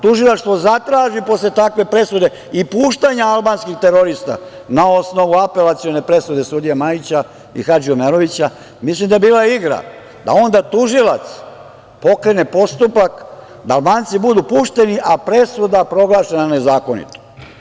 Tužilaštvo zatraži posle takve presude i puštanja albanskih terorista, na osnovu Apelacione presude sudije Majića i Hadži Omerovića, mislim da je bila igra, da onda tužilac pokrene postupak da Albanci budu pušteni, a presuda proglašena nezakonitom.